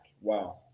Wow